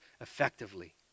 effectively